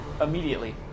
immediately